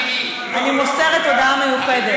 אני מוסרת הודעה מיוחדת.